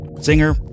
singer